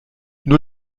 nur